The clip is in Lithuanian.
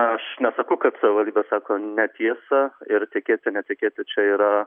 aš nesakau kad savivaldybė sako netiesą ir tikėti netikėti čia yra